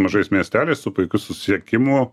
mažais miesteliais su puikiu susisiekimu